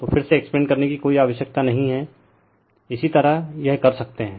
तो फिर से एक्सप्लेन करने की कोई आवश्यकता नहीं है इसी तरह यह कर सकते हैं